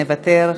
מוותר,